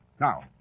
Now